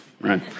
right